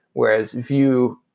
whereas vue,